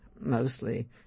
mostly